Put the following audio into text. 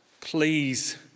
please